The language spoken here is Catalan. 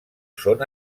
són